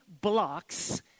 blocks